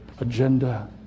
agenda